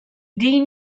dean